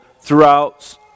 throughout